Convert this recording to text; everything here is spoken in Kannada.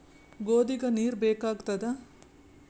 ಗೋಧಿಗ ನೀರ್ ಬೇಕಾಗತದ?